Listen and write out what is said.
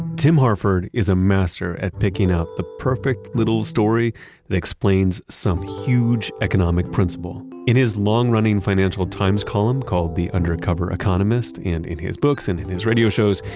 tim hartford is a master at picking up the perfect little story that explains some huge economic principle. in his long-running financial times column called the undercover economist, and in his books and in his radio shows,